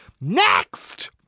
Next